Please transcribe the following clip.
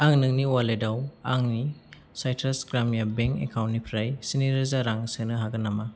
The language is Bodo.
आं नोंनि अवालेटाव आंनि साइट्रास ग्राम्या बेंक एकाउन्टनिफ्राय स्नि रोजा रां सोनो हागोन नामा